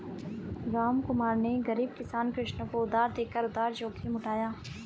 रामकुमार ने गरीब किसान कृष्ण को उधार देकर उधार जोखिम उठाया